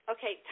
Okay